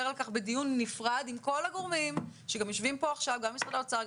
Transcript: על כך בדיון נפרד עם כל הגורמים שגם יושבים כאן עכשיו - גם משרד האוצר,